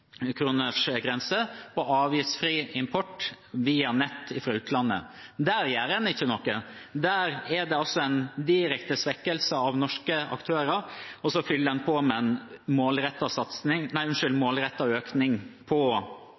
på avgiftsfri import via nett fra utlandet. Der gjør en ikke noe. Der er det en direkte svekkelse av norske aktører, og så fyller en på med en målrettet økning